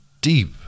deep